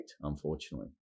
unfortunately